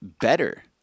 better